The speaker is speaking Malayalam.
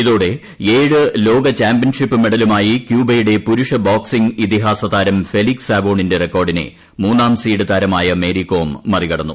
ഇതോടെ ഏഴ് ലോകചാമ്പ്യൻഷിപ്പ് മെഡലുമായി ക്യൂബയുടെ പുരുഷ ബോക്സിങ് ഇതിഹാസ താരം ഫെലിക്സ് സാവോണിന്റെ റെക്കോഡിനെ മൂന്നാം സീഡഡ് താരമായ മേരികോം മറി കടന്നു